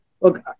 look